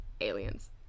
Aliens